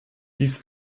dies